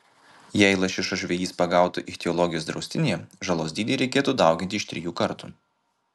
jei lašišą žvejys pagautų ichtiologijos draustinyje žalos dydį reikėtų dauginti iš trijų kartų